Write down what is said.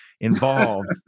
involved